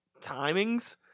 timings